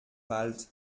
wald